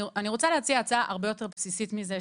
אני רוצה להציע הצעה הרבה יותר בסיסית מזה,